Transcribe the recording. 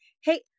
hey